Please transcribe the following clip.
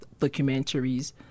documentaries